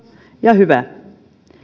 ja hyvä